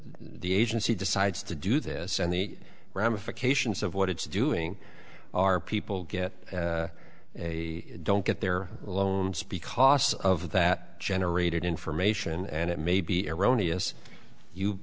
the agency decides to do this and the ramifications of what it's doing are people get a don't get their loans because of that generated information and it may be erroneous you